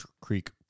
Creek